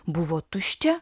buvo tuščia